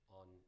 on